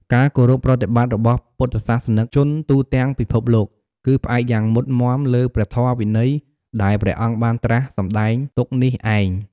ការគោរពប្រតិបត្តិរបស់ពុទ្ធសាសនិកជនទូទាំងពិភពលោក គឺផ្អែកយ៉ាងមុតមាំលើព្រះធម៌វិន័យដែលព្រះអង្គបានត្រាស់សម្ដែងទុកនេះឯង។